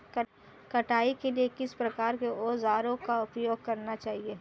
कटाई के लिए किस प्रकार के औज़ारों का उपयोग करना चाहिए?